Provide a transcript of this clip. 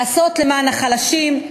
לעשות למען החלשים,